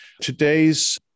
today's